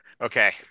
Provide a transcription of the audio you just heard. Okay